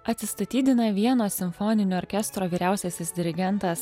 atsistatydina vienos simfoninio orkestro vyriausiasis dirigentas